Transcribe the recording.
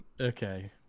Okay